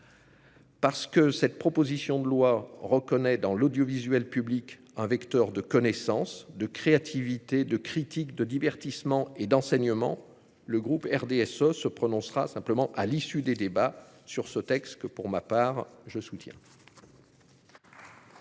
Parce que cette proposition de loi reconnaît, dans l'audiovisuel public, un vecteur de connaissances, de créativité, de critiques, de divertissements et d'enseignements, le groupe RDSE ne se prononcera qu'à l'issue des débats sur ce texte que, pour ma part, je soutiens.